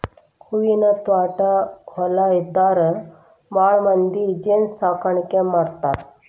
ಹೂವಿನ ತ್ವಾಟಾ ಹೊಲಾ ಇದ್ದಾರ ಭಾಳಮಂದಿ ಜೇನ ಸಾಕಾಣಿಕೆ ಮಾಡ್ತಾರ